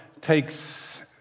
takes